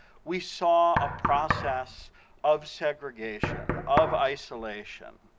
we saw a process of segregation, of isolation.